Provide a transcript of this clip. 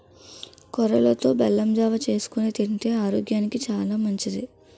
కొర్రలతో బెల్లం జావ చేసుకొని తింతే ఆరోగ్యానికి సాలా మంచిది